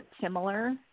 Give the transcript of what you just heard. similar